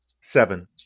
Seven